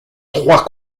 trois